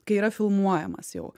kai yra filmuojamas jau